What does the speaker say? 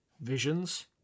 visions